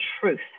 truth